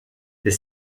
les